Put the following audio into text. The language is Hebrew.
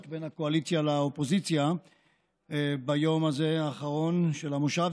בין הקואליציה לאופוזיציה ביום האחרון הזה של המושב,